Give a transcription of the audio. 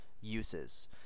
Uses